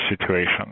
situation